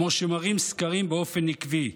כמו שמראים סקרים באופן עקבי.